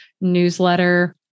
newsletter